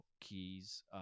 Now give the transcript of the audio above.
keys